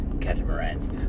catamarans